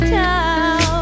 town